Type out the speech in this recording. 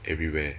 everywhere